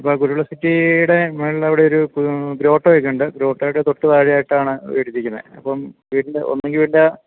ഇപ്പോള് കുരുവിള സിറ്റിയുടെ മുകളിൽ അവടൊരു ഗ്രോട്ടോയൊക്കെയുണ്ട് ഗ്രോട്ടോയുടെ തൊട്ടു താഴെയായിട്ടാണ് ഒരിത് ഇരിക്കുന്നത് അപ്പോള് വീട്ടില് ഒന്നെങ്കില് വല്ല